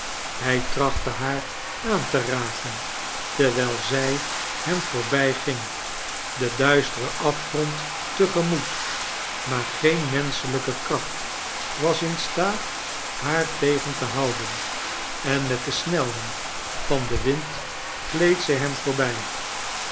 hij trachtte haar aan te raken terwijl zij hem voorbijging den dnisteren afgrond te gemoet maar geen menschelijke kracht was in staat haar tegen te houden en met de snelheid vaji den wind gleed zij hem voorbij